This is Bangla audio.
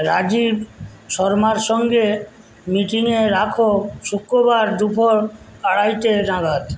রাজীব শর্মার সঙ্গে মিটিংয়ে রাখো শুক্রবার দুপুর আড়াইটে নাগাদ